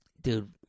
dude